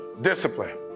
Discipline